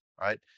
right